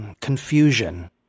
confusion